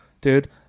Dude